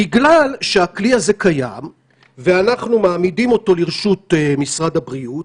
בגלל שהכלי הזה קיים ואנחנו מעמידים אותו לרשות משרד הבריאות,